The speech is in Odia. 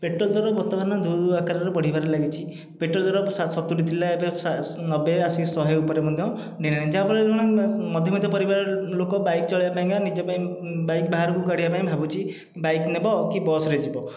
ପେଟ୍ରୋଲ ଦର ବର୍ତମାନ ଦୁହୁ ଆକାରରେ ବଢ଼ିବାରେ ଲାଗିଛି ପେଟ୍ରୋଲ ଦର ସତୁରୀ ଥିଲା ଏବେ ନବେ ଆସିକି ଶହେ ଉପରେ ମଧ୍ୟ ଯାହାଫଳରେ ମଧ୍ୟବିତ୍ତ ପରିବାର ଲୋକ ବାଇକ ଚଳାଇବା ପାଇଁକା ନିଜ ବାଇକ ବାହାରକୁ କାଢ଼ିବା ପାଇଁ ଭାବୁଛି ବାଇକ ନେବ କି ବସ୍ରେ ଯିବ